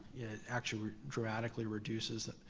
actually dramatically reduces